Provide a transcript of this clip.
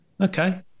okay